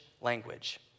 language